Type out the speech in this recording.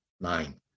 nine